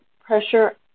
pressure